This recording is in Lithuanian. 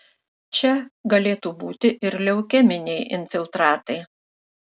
čia galėtų būti ir leukeminiai infiltratai